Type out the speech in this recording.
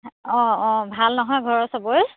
অঁ অঁ ভাল নহয় ঘৰৰ চবৰে